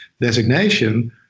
designation